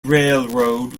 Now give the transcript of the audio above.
railroad